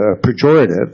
pejorative